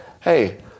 hey